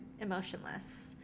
emotionless